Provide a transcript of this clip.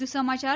વધુ સમાચાર